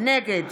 נגד